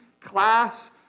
class